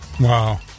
Wow